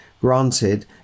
granted